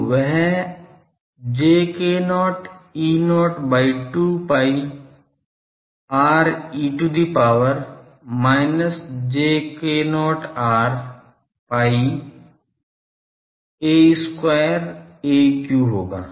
तो वह j k0 E0 by 2 pi r e to the power minus j k0 r pi a square aq होगा